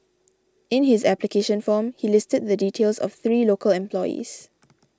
in his application form he listed the details of three local employees